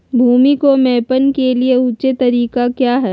भूमि को मैपल के लिए ऊंचे तरीका काया है?